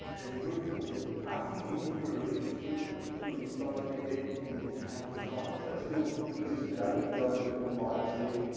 there's a group called the parsi in india, a religious group who expose their dead in these towers of silence. they still exist today. you can go into mumbai and see them,